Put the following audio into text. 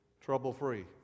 trouble-free